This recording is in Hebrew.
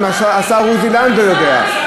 מה השר עוזי לנדאו יודע.